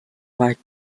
mike